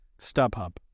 StubHub